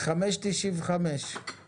כלומר המחיר הוא 5.95 שקלים לליטר.